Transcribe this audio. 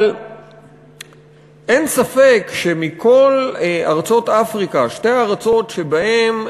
אבל אין ספק שמכל ארצות אפריקה, שתי ארצות שבהן,